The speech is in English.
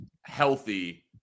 healthy